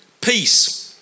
peace